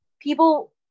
people